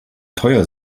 teuer